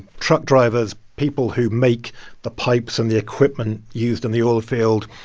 truck drivers, people who make the pipes and the equipment used in the oil field,